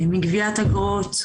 מגביית אגרות,